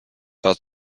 but